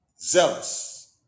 zealous